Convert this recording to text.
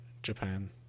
Japan